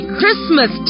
Christmas